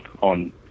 on